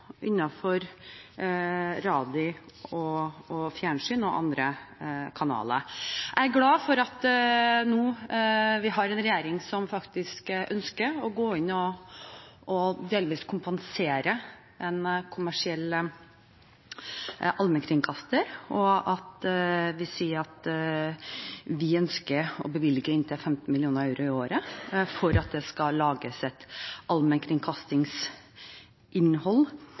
og fjernsyn og andre kanaler. Jeg er glad for at vi har en regjering som ønsker å gå inn og delvis kompensere en kommersiell allmennkringkaster, og vi ønsker å bevilge inntil 15 mill. euro i året for at det skal lages et allmennkringkastingsinnhold